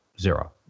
Zero